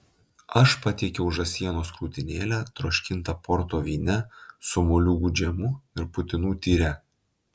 aš patiekiau žąsienos krūtinėlę troškintą porto vyne su moliūgų džemu ir putinų tyre